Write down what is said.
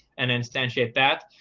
and instantiate that.